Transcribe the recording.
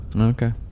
Okay